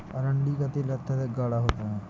अरंडी का तेल अत्यधिक गाढ़ा होता है